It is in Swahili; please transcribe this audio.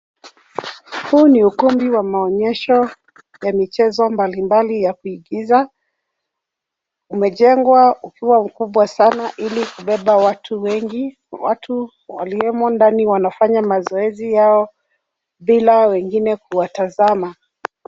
Huu ni ukumbi wa maonyesho wa michezo mbali mbali ya kuigiza. Umejengwa ukiwa mkubwa sana ili kubeba watu wengi. Watu waliowemo ndani wanafanya mazoezi yao bila wengine kuwatazama.